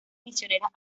misioneras